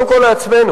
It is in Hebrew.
כל שנה,